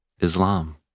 Islam